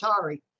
Atari